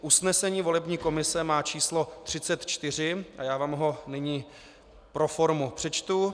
Usnesení volební komise má číslo 34, a já vám ho nyní pro formu přečtu.